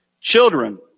Children